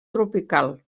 tropical